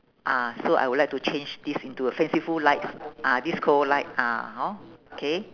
ah so I would like to change this into fanciful lights ah disco light ah hor okay